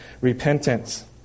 repentance